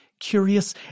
curious